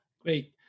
Great